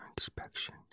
inspection